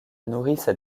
nourrissent